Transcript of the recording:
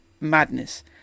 madness